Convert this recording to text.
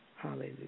Hallelujah